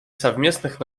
совместных